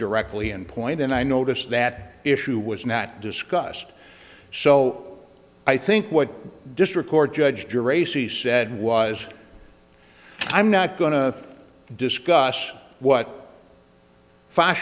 directly in point and i noticed that issue was not discussed so i think what district court judge duration he said was i'm not going to discuss what f